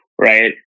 right